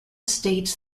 states